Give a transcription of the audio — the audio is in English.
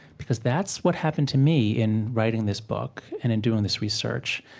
because that's what happened to me in writing this book and in doing this research,